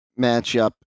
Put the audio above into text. matchup